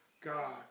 God